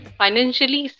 financially